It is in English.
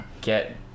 get